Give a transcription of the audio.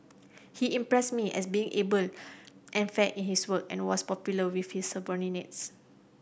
he impressed me as being able and fair in his work and was popular with his subordinates